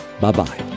Bye-bye